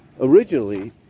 originally